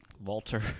Walter